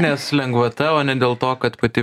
nes lengvata o ne dėl to kad pati